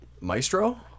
Maestro